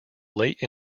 late